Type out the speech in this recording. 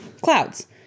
Clouds